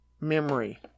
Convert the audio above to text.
memory